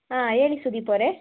ಹಾಂ ಹೇಳಿ ಸುದೀಪ್ ಅವರೇ